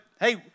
hey